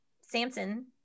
Samson